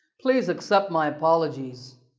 please accept my apologies.